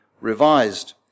revised